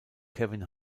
kevin